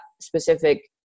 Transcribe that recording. specific